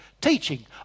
teaching